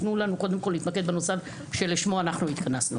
תנו לנו קודם כל להתמקד בנושא שלשמו אנחנו התכנסנו.